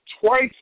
twice